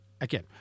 again